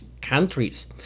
Countries